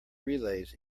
relays